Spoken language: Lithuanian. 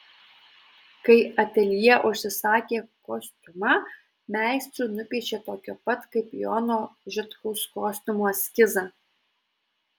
kai ateljė užsisakė kostiumą meistrui nupiešė tokio pat kaip jono žitkaus kostiumo eskizą